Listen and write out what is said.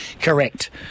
Correct